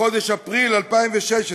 מחודש אפריל 2016,